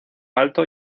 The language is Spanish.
alto